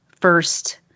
first